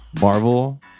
marvel